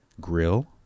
grill